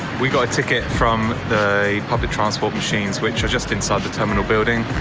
we got a ticket from the public transport machines which are just inside the terminal building.